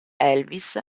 elvis